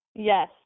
Yes